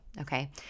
okay